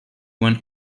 won